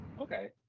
Okay